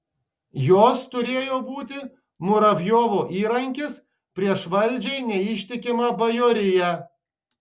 jos turėjo būti muravjovo įrankis prieš valdžiai neištikimą bajoriją